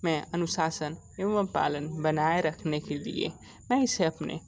मैं अनुशासन एवं पालन बनाए रखने के लिए मैं इसे अपने